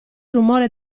rumore